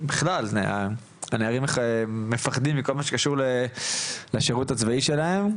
בכלל הנערים מפחדים מכל מה שקשור לשירות הצבאי שלהם,